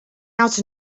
out